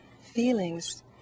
feelings